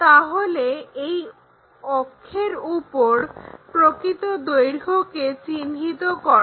তাহলে এই অক্ষের উপর প্রকৃত দৈর্ঘ্যকে চিহ্নিত করো